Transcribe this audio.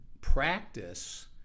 practice